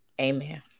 Amen